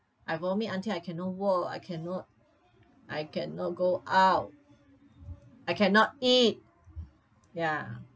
I vomit until I cannot walk I cannot I cannot go out I cannot eat ya